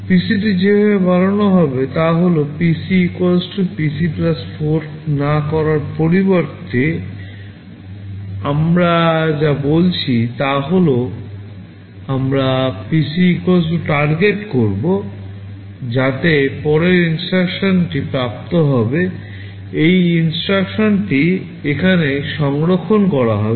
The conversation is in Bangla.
PCটি যেভাবে বাড়ানো হবে তা হল PC PC 4 না করার পরিবর্তে আমরা যা বলছি তা হল আমরা PC টার্গেট করব যাতে পরের INSTRUCTIONটি প্রাপ্ত হবে এই INSTRUCTIONটি এখানে সংরক্ষণ করা হবে